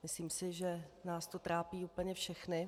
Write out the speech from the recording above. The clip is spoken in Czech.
Myslím si, že nás to trápí úplně všechny.